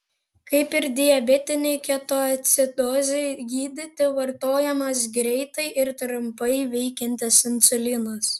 kaip ir diabetinei ketoacidozei gydyti vartojamas greitai ir trumpai veikiantis insulinas